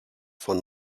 von